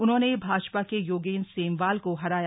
उन्होंने भाजपा के योगेंद्र सेमवाल को हराया